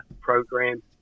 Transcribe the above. program